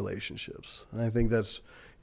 relationships and i think that's